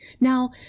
Now